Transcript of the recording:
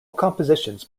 compositions